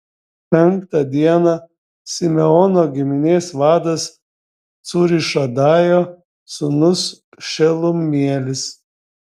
penktą dieną simeono giminės vadas cūrišadajo sūnus šelumielis